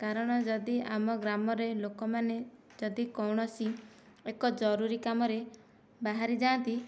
କାରଣ ଯଦି ଆମ ଗ୍ରାମରେ ଲୋକମାନେ ଯଦି କୌଣସି ଏକ ଜରୁରୀ କାମରେ ବାହାରି ଯାଆନ୍ତି